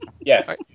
Yes